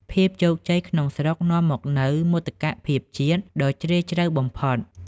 ភាពជោគជ័យក្នុងស្រុក នាំមកនូវ "មោទកភាពជាតិ" ដ៏ជ្រាលជ្រៅបំផុត។